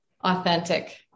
authentic